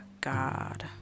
God